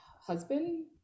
husband